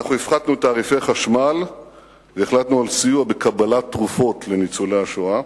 הפחתנו תעריפי חשמל והחלטנו על סיוע בקבלת תרופות לניצולי השואה.